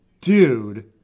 dude